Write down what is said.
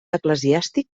eclesiàstic